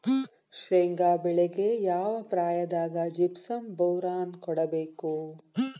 ಶೇಂಗಾ ಬೆಳೆಗೆ ಯಾವ ಪ್ರಾಯದಾಗ ಜಿಪ್ಸಂ ಬೋರಾನ್ ಕೊಡಬೇಕು?